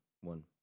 one